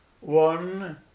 One